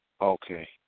Okay